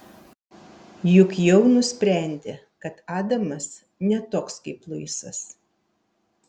juk jau nusprendė kad adamas ne toks kaip luisas